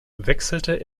wechselte